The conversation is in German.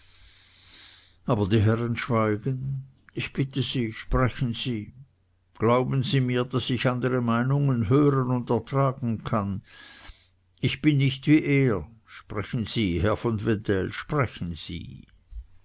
aber die herren schweigen ich bitte sie sprechen sie glauben sie mir daß ich andre meinungen hören und ertragen kann ich bin nicht wie er sprechen sie herr von wedell sprechen sie